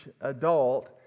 adult